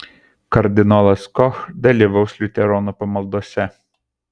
kardinolas koch dalyvaus liuteronų pamaldose